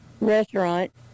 restaurant